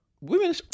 women